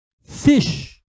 fish